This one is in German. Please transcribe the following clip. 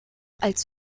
als